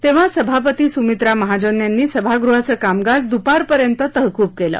तेव्हा सभापती सुमित्रा महाजन यांनी सभागृहाचं कामकाज दुपारपर्यंत तहकूब केलं